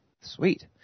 Sweet